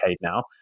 now